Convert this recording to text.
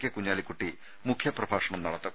K Kunhalikutty മുഖ്യ പ്രഭാഷണം നടത്തും